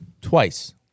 Twice